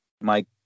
Mike